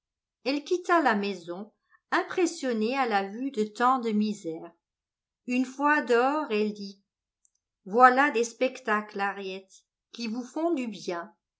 elle quitta la maison impressionnée à la vue de tant de misère une fois dehors elle dit voilà des spectacles harriet qui vous font du bien